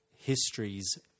histories